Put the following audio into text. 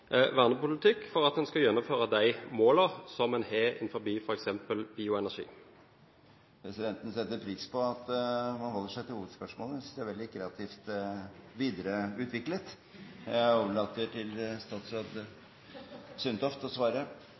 vernepolitikk for å få gjennomført målene en har, f.eks. innen bioenergi? Presidenten setter pris på at man holder seg til hovedspørsmålet, og synes det er veldig kreativt videreutviklet. Jeg overlater til statsråd Sundtoft om hun vil svare.